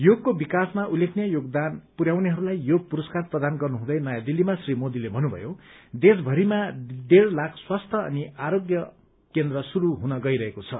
योगको विकासमा उल्लेखनीय योगदान पुरयाउनेहरूलाई योग पुरस्कार प्रदान गर्नुहुँदै नयाँ दिल्लीमा श्री मोदीले भन्नुभयो देशभरिमा डेढ़ लाख स्वास्थ्य अनि आरोग्य केन्द्र शुरू हुन गइरहेको छ